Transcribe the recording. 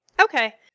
Okay